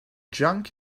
junk